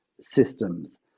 systems